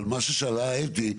אבל מה ששאלה אתי,